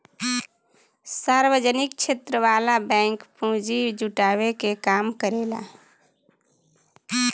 सार्वजनिक क्षेत्र वाला बैंक पूंजी जुटावे के काम करेला